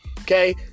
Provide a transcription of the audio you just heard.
okay